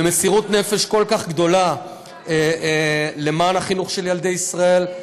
מסירות נפש כל כך גדולה למען החינוך של ילדי ישראל,